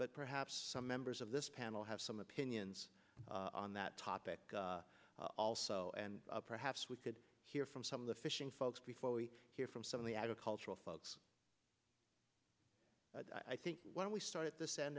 but perhaps some members of this panel have some opinions on that topic also and perhaps we could hear from some of the fishing folks before we hear from some of the agricultural folks i think when we started this and